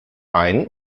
ein